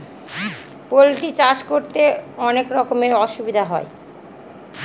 poultry চাষ করতে অনেক রকমের অসুবিধা হয়